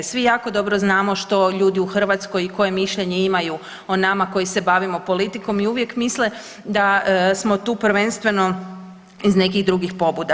Svi jako dobro znamo što ljudi u Hrvatskoj i koje mišljenje imaju o nama koji se bavimo politikom i uvijek misle da smo tu prvenstveno iz nekih drugih pobuda.